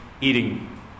Eating